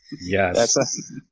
Yes